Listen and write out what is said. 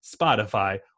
spotify